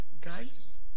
Guys